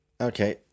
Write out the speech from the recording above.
Okay